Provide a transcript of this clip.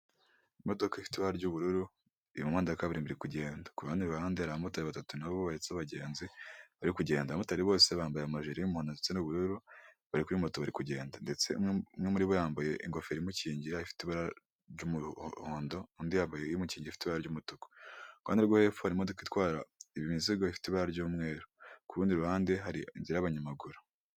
Imodoka ifite ibara ry'ubururu, iri mu muhanda wa kabiririmbo iri kugenda. kurundi ruhande hari abamotari batatu nabo bo babatse abagenzi bari kugenda, abamotari bose bambaye amajire y'umuhontu ndetse n'ubururu bari kuri moto bari kugenda, ndetse umwe umwe muri bo yambaye ingofero imukingira ifite ibara ry'umuhondo undi yambaye umukingira ifite ry umutuku. Ku ruhande rwo hepfo harimo itwara imizigo ifite ibara ry'umweru, ku rundi ruhande hari inzira y'abanyamaguru.